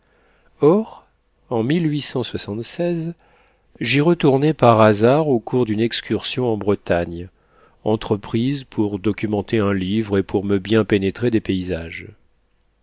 or en j'y retournai par hasard au cours d'une excursion en bretagne entreprise pour documenter un livre et pour me bien pénétrer des paysages